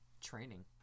training